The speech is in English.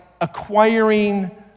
acquiring